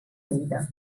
lleida